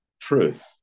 truth